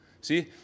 See